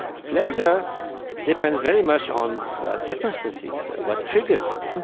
pleasure depends very much on circumstances, what triggers it.